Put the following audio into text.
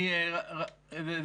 משה, בבקשה.